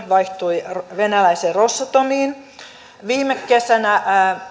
vaihtui venäläiseen ros atomiin viime kesänä